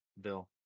Bill